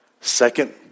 Second